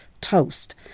toast